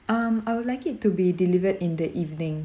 um I would like it to be delivered in the evening